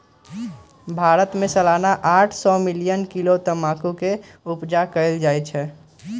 भारत में सलाना आठ सौ मिलियन किलो तमाकुल के उपजा कएल जाइ छै